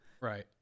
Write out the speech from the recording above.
Right